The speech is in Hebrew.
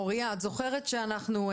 מוריה את זוכרת שאנחנו,